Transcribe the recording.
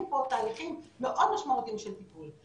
פה תהליכים מאוד משמעותיים של טיפול.